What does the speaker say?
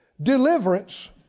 deliverance